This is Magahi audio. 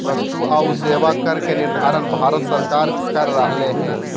वस्तु आऊ सेवा कर के निर्धारण भारत सरकार कर रहले हें